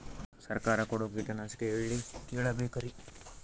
ಸರಕಾರ ಕೊಡೋ ಕೀಟನಾಶಕ ಎಳ್ಳಿ ಕೇಳ ಬೇಕರಿ?